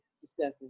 discussing